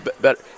better